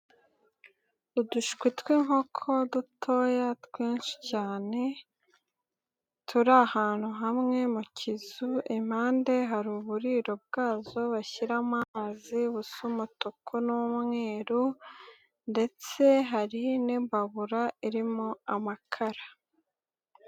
Udushwi tw'inkoko, dutoya, twinshi cyane, turi ahantu hamwe mu kizu, impande hari uburiro bwazo, bashyiramo amazi, busa umutuku n'umweru ndetse hari n'imbabura irimo amakara.